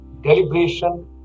deliberation